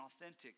authentic